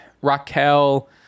raquel